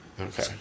Okay